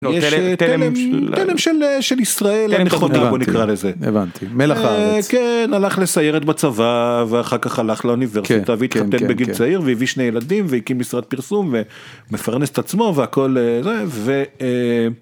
של ישראל נקרא לזה מלח הארץ הלך לסיירת בצבא ואחר כך הלך לאוניברסיטה והתחתן בגיל צעיר והביא שני ילדים והקים משרד פרסום מפרנס את עצמו והכל.